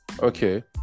Okay